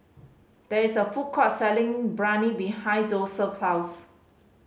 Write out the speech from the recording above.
there is a food court selling Biryani behind Joeseph's house